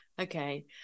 Okay